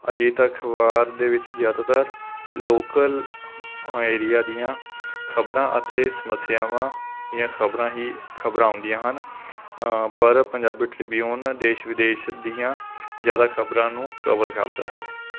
ਅਜੀਤ ਅਖ਼ਬਾਰ ਦੇ ਵਿੱਚ ਜ਼ਿਆਦਾਤਰ ਲੌਕਲ ਆਏਰੀਆ ਦੀਆਂ ਖਬਰਾਂ ਅਤੇ ਸਮੱਸਿਆਵਾਂ ਦੀਆਂ ਖਬਰਾਂ ਹੀ ਖਬਰਾਂ ਆਉਂਦੀਆਂ ਹਨ ਪਰ ਪੰਜਾਬੀ ਟ੍ਰਿਬਿਊਨ ਦੇਸ਼ ਵਿਦੇਸ਼ ਦੀਆਂ ਜ਼ਿਆਦਾ ਖਬਰਾਂ ਨੂੰ ਕਵਰ ਕਰਦਾ ਹੈ